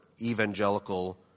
evangelical